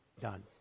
done